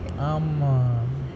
ஆம்மா:aammaa